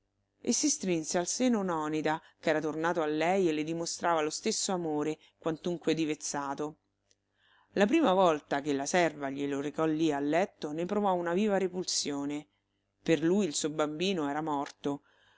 e si strinse al seno nònida ch'era tornato a lei e le dimostrava lo stesso amore quantunque divezzato la prima volta che la serva glielo recò lì a letto ne provò una viva repulsione per lui il suo bambino era morto